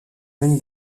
john